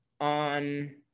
on